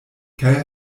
kaj